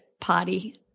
party